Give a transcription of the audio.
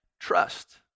trust